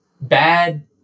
bad